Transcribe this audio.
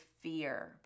fear